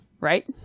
right